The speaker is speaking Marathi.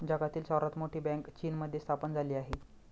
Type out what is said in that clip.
जगातील सर्वात मोठी बँक चीनमध्ये स्थापन झाली आहे